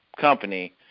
company